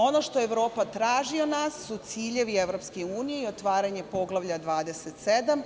Ono što Evropa traži od nas su ciljevi EU i otvaranje poglavlja 27.